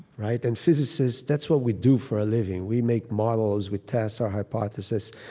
right? and physicists, that's what we do for a living. we make models. we test our hypothesis.